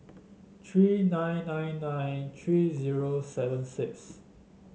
three nine nine nine three zero seven six